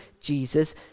Jesus